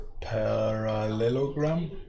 parallelogram